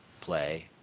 play